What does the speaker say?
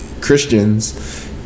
Christians